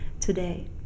today